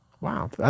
Wow